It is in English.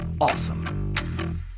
awesome